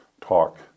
talk